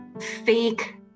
fake